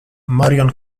marian